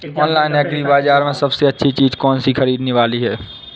Online agri बाजार में सबसे अच्छी चीज कौन सी ख़रीदने वाली है?